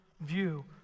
view